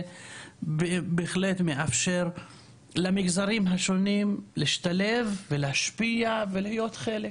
ובהחלט מאפשר למגזרים השונים להשתלב ולהשפיע ולהיות חלק,